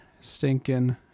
stinking